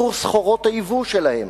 עבור סחורות היבוא שלהם.